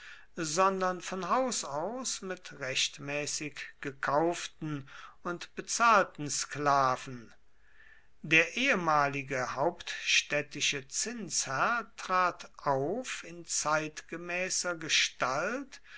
sondern von haus aus mit rechtmäßig gekauften und bezahlten sklaven der ehemalige hauptstädtische zinsherr trat auf in zeitgemäßer gestalt